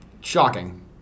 shocking